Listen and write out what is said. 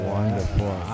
Wonderful